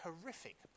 horrific